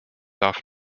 darf